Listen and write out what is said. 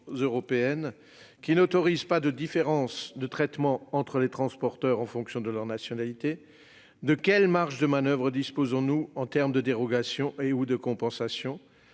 européennes, qui n'autorisent pas de différence de traitement entre les transporteurs en fonction de leur nationalité, de quelle marge de manoeuvre disposons-nous en termes de dérogations et/ou de compensations,